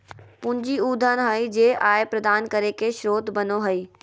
पूंजी उ धन हइ जे आय प्रदान करे के स्रोत बनो हइ